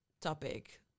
topic